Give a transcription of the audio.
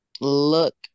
look